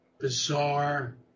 bizarre